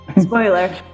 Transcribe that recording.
Spoiler